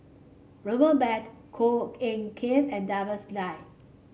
Robert bad Koh Eng Kian and